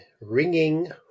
ringing